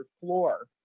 floor